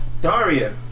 Daria